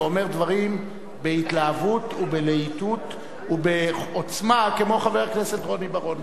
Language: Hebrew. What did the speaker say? ואומר דברים בהתלהבות ובלהיטות ובעוצמה כמו חבר הכנסת רוני בר-און,